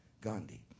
Gandhi